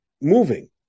moving